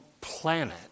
planet